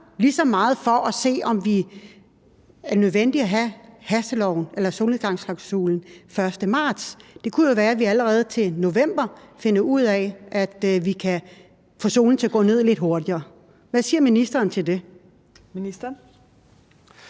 lige så meget for at se, om det var nødvendigt at have solnedgangsklausulen den 1. marts. Det kunne jo være, at vi allerede til november vil finde ud af, at vi kan få solen til at gå lidt hurtigere ned. Hvad siger ministeren til det? Kl.